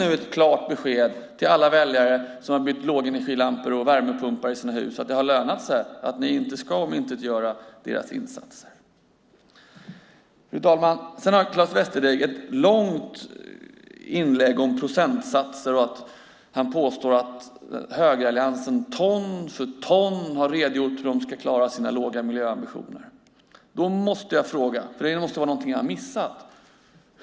Ge ett klart besked till alla väljare som har bytt till lågenergilampor och satt in värmepumpar att det har lönat sig och att ni inte ska omintetgöra deras insatser. Fru talman! Claes Västerteg hade ett långt inlägg om procentsatser. Han påstår att högeralliansen ton för ton har redogjort för hur de ska klara sina låga miljöambitioner. Jag måste ha missat något.